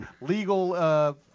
legal